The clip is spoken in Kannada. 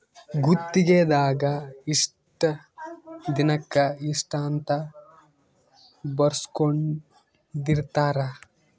ಗುತ್ತಿಗೆ ದಾಗ ಇಷ್ಟ ದಿನಕ ಇಷ್ಟ ಅಂತ ಬರ್ಸ್ಕೊಂದಿರ್ತರ